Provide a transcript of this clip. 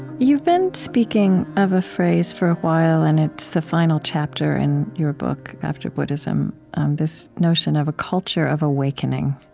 you've been speaking of a phrase for a while, and it's the final chapter in your book after buddhism this notion of a culture of awakening.